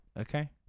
okay